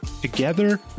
Together